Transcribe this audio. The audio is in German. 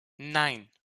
nein